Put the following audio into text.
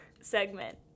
segment